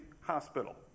Hospital